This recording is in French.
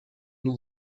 nous